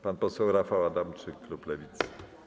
Pan poseł Rafał Adamczyk, klub Lewicy.